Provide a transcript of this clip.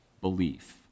belief